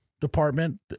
department